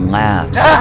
laughs